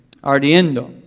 ardiendo